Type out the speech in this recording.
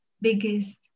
biggest